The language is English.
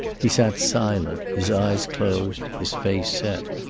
he sat silent, his eyes closed, his face set.